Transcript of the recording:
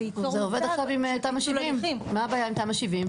זה עובד עכשיו עם תמ"א 70. מה הבעיה עם תמ"א 70?